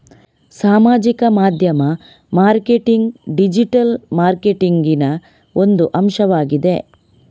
ಸಾಮಾಜಿಕ ಮಾಧ್ಯಮ marketing digital ಮಾರ್ಕೆಟಿಂಗಿನ ಒಂದು ಅಂಶವಾಗಿದೆ